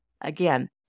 again